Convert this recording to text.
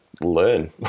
learn